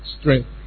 strength